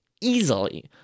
easily